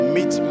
Meet